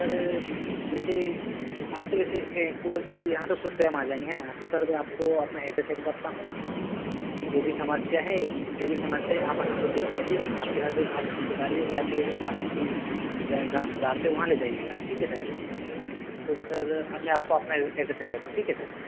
sir वैसे आप तो वैसे कुआ क यहाँ पर खुद स्वयं आ जाएँगे है ना तो सर मैं आपको अपना एड्रेस सेंड करता हूँ जो भी समस्या है जो भी समस्या है आप आके खुद देख लीजिए आपके हाथ में आप उसको सुधारिए या फिर आप अपने जहाँ सुधारते हैं वहाँ ले जाइएगा ठीक है सर तो सर अब मैं आपको अपना एड्रेस सेंड करता हूँ ठीक है सर